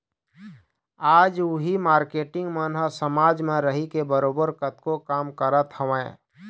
आज उही मारकेटिंग मन ह समाज म रहिके बरोबर कतको काम करत हवँय